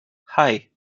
hei